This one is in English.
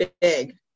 big